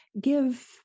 give